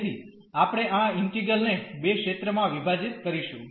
તેથી આપણે આ ઇન્ટીગ્રલ ને બે ક્ષેત્ર માં વિભાજીત કરીશું